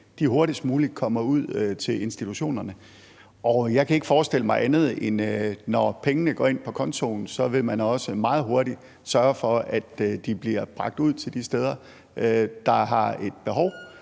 hurtigst muligt kommer ud til institutionerne. Jeg kan ikke forestille mig andet, end at når pengene går ind på kontoen, vil man også meget hurtigt sørge for, at de bliver bragt ud til de steder, der har et behov